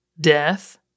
death